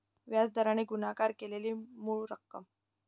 व्याज दराने गुणाकार केलेली मूळ रक्कम